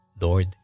Lord